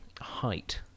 height